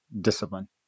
discipline